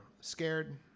scared